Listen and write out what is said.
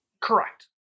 Correct